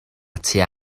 tua